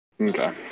Okay